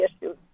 issues